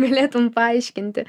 galėtum paaiškinti